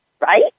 right